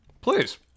Please